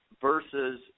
versus